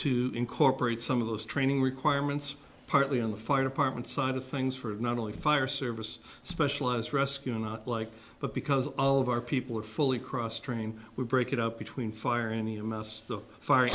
to incorporate some of those training requirements partly on the fire department side of things for not only fire service specialized rescue not like but because all of our people are fully cross train we break it up between fire any a mess